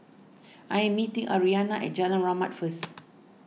I am meeting Arianna at Jalan Rahmat first